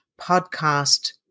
podcast